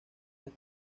este